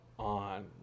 On